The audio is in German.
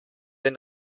den